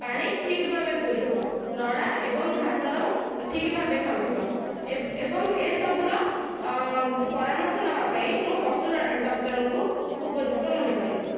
ପାଣି ଠିକ୍ ଭାବେ ପିଉଥିବ ନଡ଼ା ଏବଂ ଘାସର ଠିକ୍ ଭାବେ ଖାଉଥିବ ଏବଂ ଏସବୁର ପରାମର୍ଶ ନେବାପାଇଁ ମୁଁ ପଶୁର ଡକ୍ଟରଙ୍କୁ ଉପଯୁକ୍ତ ମନେକରିବି